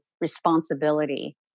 responsibility